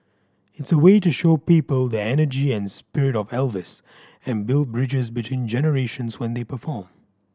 it's a way to show people the energy and spirit of Elvis and build bridges between generations when they perform